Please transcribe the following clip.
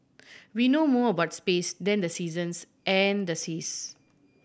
we know more about space than the seasons and the seas